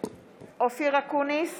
(קוראת בשמות חברי הכנסת) אופיר אקוניס,